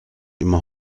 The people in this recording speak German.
immer